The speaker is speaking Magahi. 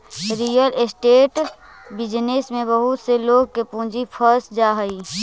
रियल एस्टेट बिजनेस में बहुत से लोग के पूंजी फंस जा हई